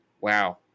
Wow